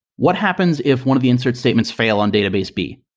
what happens if one of the insert statements fail on database b,